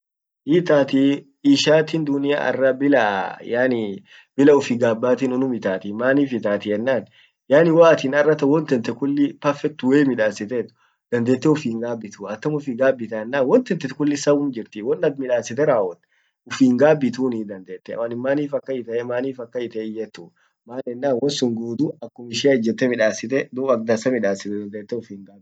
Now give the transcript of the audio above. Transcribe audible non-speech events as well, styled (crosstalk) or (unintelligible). hiitati (hesitation) ishati dunia arra (unintelligible) bila ufi gabbatin unum itati, manif itati enan, yaani waatin arratan won tente kulli perfect way midasitet dandete ufi hingabitu, atam ufi gabita enan won tente kullin sawum jirti, won at midasite rawwot ufi hingabituni dandete, anif manif akan ite, manif akan ite hinyetu maan ennan won sun dudu akum ishia ijete midasite, dub ak dansa. (unintelligible)